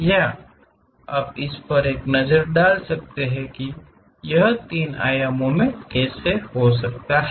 क्या आप इस पर एक नज़र डाल सकते हैं कि यह तीन आयामों में कैसे हो सकता है